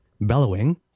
bellowing